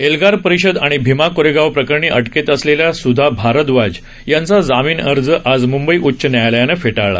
एल्गार परिषद आणि भीमा कोरेगाव प्रकरणी अटकेत असलेल्या सुधा भारदवाज यांचा जामीनअर्ज आज मंबई उच्च न्यायालयानं फेटाळला